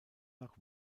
nach